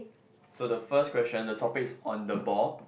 so the first question the topic is on the ball